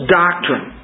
doctrine